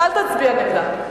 אז אל תצביע נגדה.